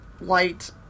light